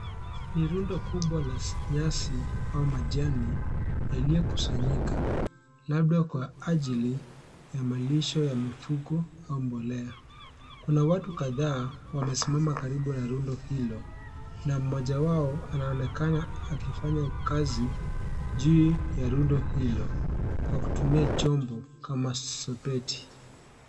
Ni rundo kubwa la nyasi au majani yaliyokusanyika labda kwa ajili ya malisho ya mifugo au mbolea. Kuna watu kadhaa wamesimama karibu na rundo hilo na mmoja wao anaonekana akifanya kazi chini ya rundo hilo kwa kutumia chombo kama sepeti.